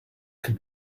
could